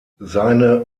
seine